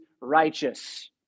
righteous